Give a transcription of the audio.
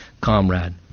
comrade